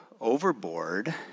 overboard